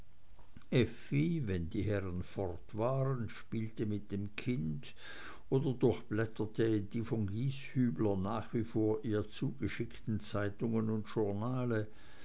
wenn die herren fort waren spielte mit dem kind oder durchblätterte die von gieshübler nach wie vor ihr zugeschickten zeitungen und journale